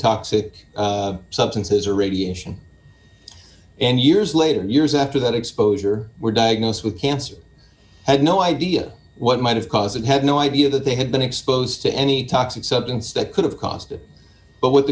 toxic substances or radiation in years later years after that exposure were diagnosed with cancer had no idea what might have caused had no idea that they had been exposed to any toxic substance that could have caused it but w